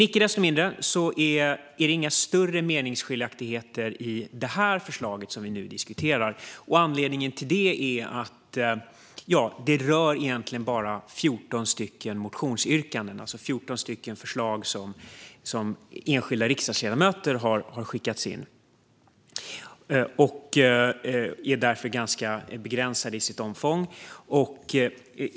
Icke desto mindre finns inga större meningsskiljaktigheter i det förslag som vi nu diskuterar. Anledningen till det är att det egentligen endast rör 14 motionsyrkanden, det vill säga 14 förslag som enskilda riksdagsledamöter har skickat in. Därför är detta ganska begränsat till sitt omfång.